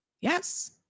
yes